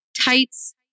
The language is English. tights